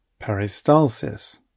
peristalsis